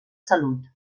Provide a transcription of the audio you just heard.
salut